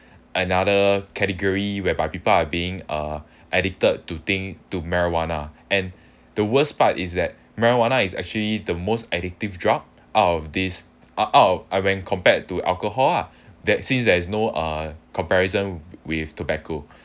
another category whereby people are being uh addicted to thing to marijuana and the worst part is that marijuana is actually the most addictive drug out of these out of uh when compared to alcohol lah that since there is no uh comparison with tobacco